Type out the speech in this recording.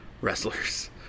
wrestlers